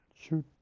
shoot